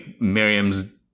Miriam's